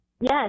Yes